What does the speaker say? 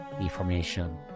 information